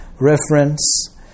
reference